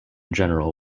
general